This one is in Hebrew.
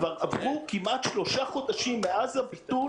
עברו כבר כמעט שלושה חודשים מאז הביטול.